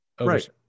Right